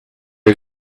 you